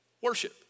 worship